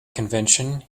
convention